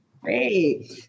Great